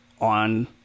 on